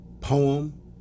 poem